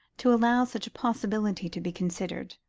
to allow such a possibility to be considered.